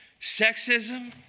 sexism